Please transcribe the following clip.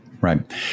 right